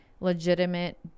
legitimate